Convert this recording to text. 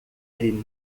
ele